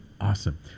Awesome